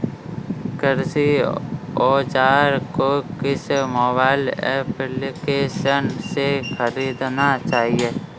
कृषि औज़ार को किस मोबाइल एप्पलीकेशन से ख़रीदना चाहिए?